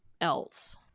else